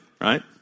right